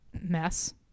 mess